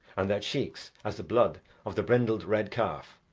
and their cheeks as the blood of the brindled red calf,